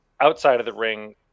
outside-of-the-ring